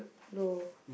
no